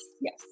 yes